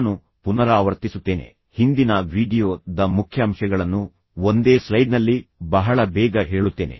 ನಾನು ಪುನರಾವರ್ತಿಸುತ್ತೇನೆ ಹಿಂದಿನ ವೀಡಿಯೊ ದ ಮುಖ್ಯಾಂಶಗಳನ್ನು ಒಂದೇ ಸ್ಲೈಡ್ನಲ್ಲಿ ಬಹಳ ಬೇಗ ಹೇಳುತ್ತೇನೆ